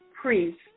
priest